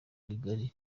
rigari